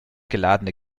geladene